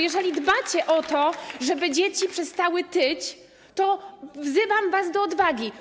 Jeżeli dbacie o to, żeby dzieci przestały tyć, to wzywam was do odwagi.